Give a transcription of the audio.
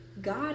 God